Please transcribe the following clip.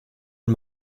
und